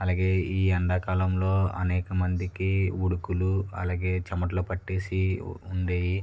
అలాగే ఈ ఎండాకాలంలో అనేకమందికి ఉడుకులు అలాగే చెమటలు పట్టేసి ఉండేవి